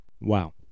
Wow